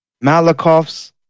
malakoff's